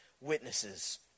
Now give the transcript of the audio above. witnesses